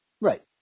Right